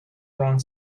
wrong